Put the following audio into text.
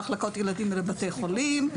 מחלקות ילדים בבתי חולים,